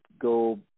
go